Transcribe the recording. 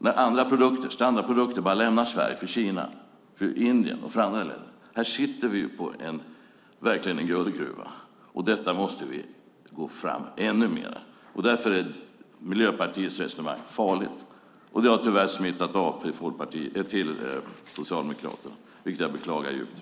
När andra produkter, standardprodukter, bara lämnar Sverige för Kina, Indien och andra länder sitter vi verkligen på en guldgruva. Här måste vi gå fram ännu mer. Därför är Miljöpartiets resonemang farligt. Och det har tyvärr smittat av sig till Socialdemokraterna, vilket jag beklagar djupt.